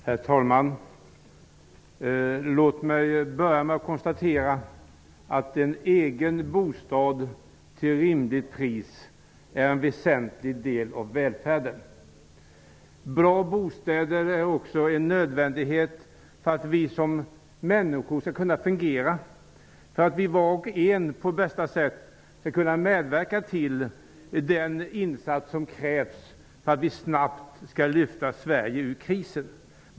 Herr talman! Låt mig börja med att konstatera att en egen bostad till ett rimligt pris är en väsentlig del av välfärden. Bra bostäder är också en nödvändighet för att vi skall kunna fungera som människor, för att vi var och en på bästa sätt skall kunna medverka till den insats som krävs för att vi snabbt skall lyfta Sverige ur krisen.